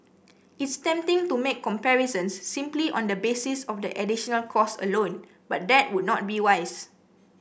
it's tempting to make comparisons simply on the basis of the additional cost alone but that would not be wise